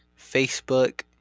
Facebook